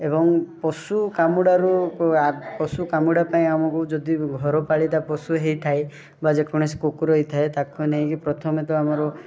ଏବଂ ପଶୁ କାମୁଡ଼ା ରୁ ପଶୁ କାମୁଡ଼ା ପାଇଁ ଆମକୁ ଯଦି ଘର ପାଳିତା ପଶୁ ହେଇଥାଏ ବା ଯେକୌଣସି କୁକୁର ହେଇଥାଏ ତାକୁ ନେଇକି ପ୍ରଥମେ ତ ଆମର